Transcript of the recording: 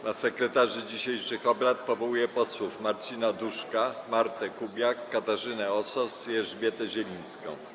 Na sekretarzy dzisiejszych obrad powołuję posłów Marcina Duszka, Martę Kubiak, Katarzynę Osos i Elżbietę Zielińską.